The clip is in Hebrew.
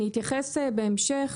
בהמשך,